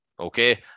okay